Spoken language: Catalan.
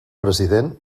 president